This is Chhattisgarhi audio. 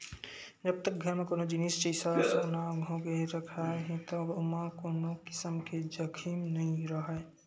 जब तक घर म कोनो जिनिस जइसा सोना होगे रखाय हे त ओमा कोनो किसम के जाखिम नइ राहय